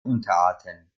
unterarten